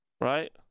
right